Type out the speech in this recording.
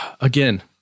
Again